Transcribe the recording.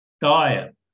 Diet